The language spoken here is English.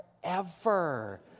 forever